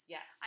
Yes